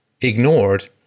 ignored